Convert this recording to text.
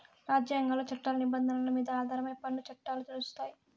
రాజ్యాంగాలు, చట్టాల నిబంధనల మీద ఆధారమై పన్ను చట్టాలు నడుస్తాయి